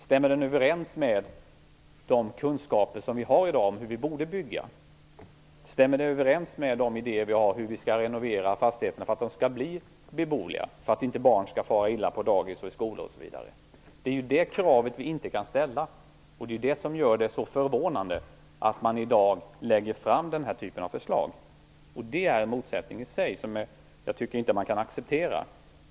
Stämmer den överens med de kunskaper som vi har i dag om hur vi borde bygga? Stämmer den överens med de idéer vi har om hur vi skall renovera fastigheterna för att de skall bli beboeliga, för att inte barn skall fara illa på dagis och i skolor osv. Det är det kravet vi inte kan ställa, och det är det som gör det så förvånande att man i dag lägger fram denna typ av förslag. Det är en motsättning i sig, som jag inte tycker att vi kan acceptera.